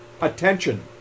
attention